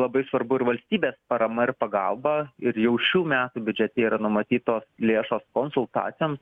labai svarbu ir valstybės parama ir pagalba ir jau šių metų biudžete yra numatytos lėšos konsultacijoms